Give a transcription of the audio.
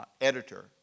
editor